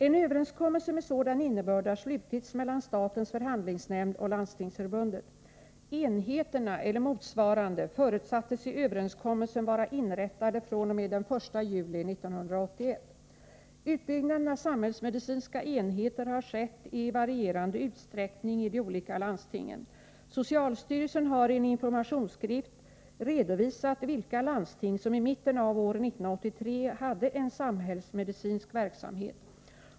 En överenskommelse med sådan innebörd har slutits mellan statens förhandlingsnämnd och Landstingsförbundet. Enheterna förutsattes i överenskommelsen vara inrättade fr.o.m. den 1 juli 1981. Utbyggnaden av samhällsmedicinska enheter har skett i varierande utsträckning i de olika landstingen. Socialstyrelsen har i en informationsskrift redovisat vilka landsting som i mitten av år 1983 hade en samhällsmedicinsk verksamhet.